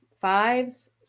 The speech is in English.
fives